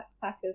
Packers